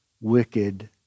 wicked